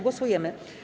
Głosujemy.